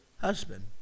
husband